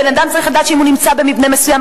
בן-אדם צריך לדעת שאם הוא נמצא במבנה מסוים,